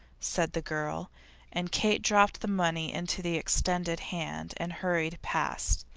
said the girl and kate dropped the money into the extended hand and hurried past,